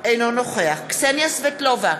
אינו נוכח קסניה סבטלובה,